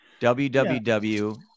www